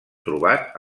trobat